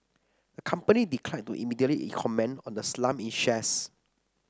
the company declined to immediately in comment on the slump in shares